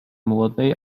młodej